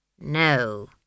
No